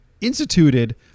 instituted